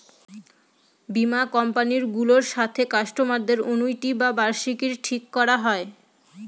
বীমা কোম্পানি গুলোর সাথে কাস্টমারদের অনুইটি বা বার্ষিকী ঠিক করা হয়